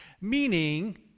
meaning